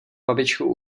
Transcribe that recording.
babičkou